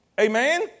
Amen